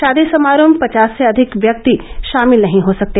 शादी समारोह में पचास से अधिक व्यक्ति शामिल नहीं हो सकते